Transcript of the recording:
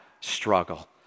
struggle